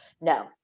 No